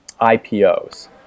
IPOs